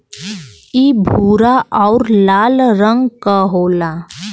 इ भूरा आउर लाल रंग क होला